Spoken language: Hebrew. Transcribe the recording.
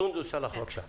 סונדוס סאלח, בבקשה.